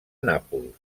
nàpols